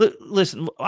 Listen